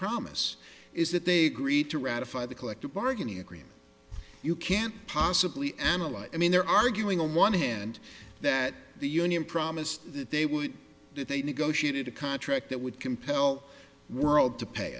promise is that they agreed to ratify the collective bargaining agreement you can't possibly analyze i mean they're arguing on one hand that the union promised that they would if they negotiated a contract that would compel world to pay